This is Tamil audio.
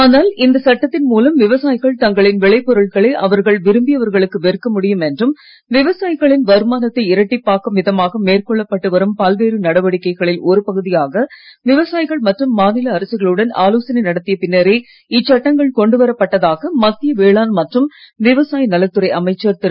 ஆனால் இந்த சட்டத்தின் மூலம் விவசாயிகள் தங்களின் விளைப் பொருட்களை அவர்கள் விரும்பியவர்களுக்கு விற்க முடியும் என்றும் விவசாயிகளின் வருமானத்தை இரட்டிப்பாக்கும் விதமாக மேற்கொள்ளப்பட்டு வரும் பல்வேறு நடவடிக்கைகளில் ஒருபகுதியாக விவசாயிகள் மற்றும் மாநில அரசுகளுடன் ஆலோசனை நடத்திய பின்னரே இச்சட்டங்கள் கொண்டு வரப்பட்டதாக மத்திய வேளாண் மற்றும் விவசாய நலத்துறை அமைச்சர் திரு